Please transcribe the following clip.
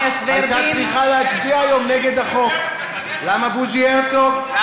אבל אני נותן לך את הפתרון למה הייתם